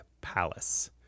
palace